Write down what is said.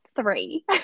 three